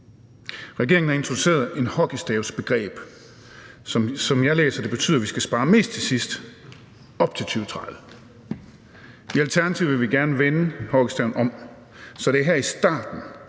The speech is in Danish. Regeringen har introduceret et hockeystavsbegreb. Som jeg læser det, betyder det, at vi skal spare mest til sidst op til 2030. I Alternativet vil vi gerne vende hockeystaven om, så det er her i starten,